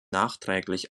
nachträglich